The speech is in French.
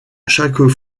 chaque